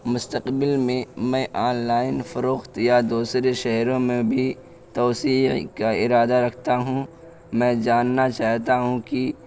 مستقبل میں میں آن لائن فروخت یا دوسرے شہروں میں بھی توسیع کا ارادہ رکھتا ہوں میں جاننا چاہتا ہوں کہ